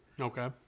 Okay